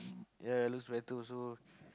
yeah it looks better also